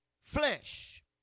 flesh